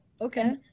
Okay